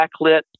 backlit